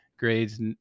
grades